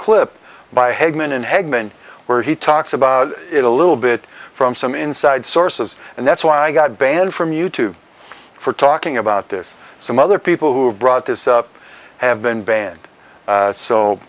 clip by hagman and hagman where he talks about it a little bit from some inside sources and that's why i got banned from you tube for talking about this some other people who have brought this up have been banned